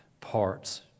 parts